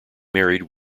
married